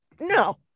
no